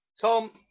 Tom